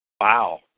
Wow